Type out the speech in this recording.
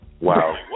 Wow